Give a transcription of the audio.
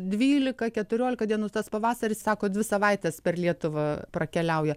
dvylika keturiolika dienų tas pavasaris sako dvi savaites per lietuvą prakeliauja